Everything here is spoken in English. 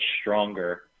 stronger